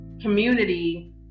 community